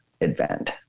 event